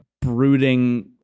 brooding